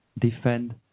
defend